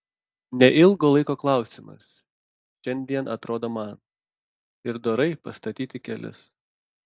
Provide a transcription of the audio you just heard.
neilgo laiko klausimas šiandien atrodo man ir dorai pastatyti kelius